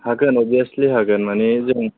हागोन अबियासलि हागोन मानि जों